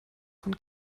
von